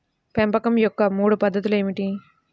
పెంపకం యొక్క మూడు పద్ధతులు ఏమిటీ?